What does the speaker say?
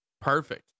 perfect